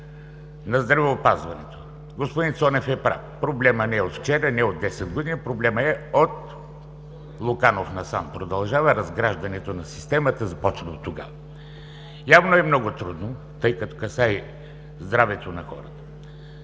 на здравеопазването. Господин Цонев е прав. Проблемът не е от вчера, не е от десет години, проблемът е от Луканов насам – продължава разграждането на системата, започната оттогава. Явно е много трудно, тъй като касае здравето на хората.